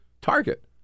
target